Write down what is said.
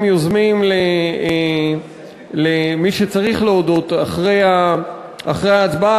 יוזמים למי שצריך להודות אחרי ההצבעה,